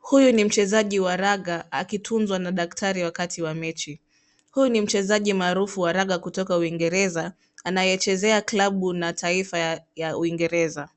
Huyu ni mchejaji wa raga akitunzwa na daktari wakati wa mechi. Huyu ni mchezaji maarufu wa raga kutoka uingereza anayechezea klabu na taifa ya uingereza.